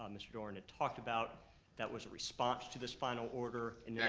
um mr. doran, it talked about that was a response to this final order, and yeah